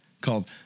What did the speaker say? called